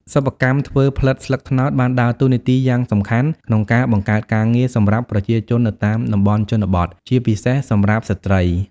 សិប្បកម្មធ្វើផ្លិតស្លឹកត្នោតបានដើរតួនាទីយ៉ាងសំខាន់ក្នុងការ បង្កើតការងារ សម្រាប់ប្រជាជននៅតាមតំបន់ជនបទ ជាពិសេសសម្រាប់ស្ត្រី។